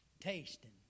tasting